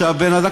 הבנתי,